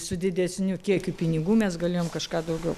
su didesniu kiekiu pinigų mes galėjom kažką daugiau